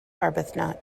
arbuthnot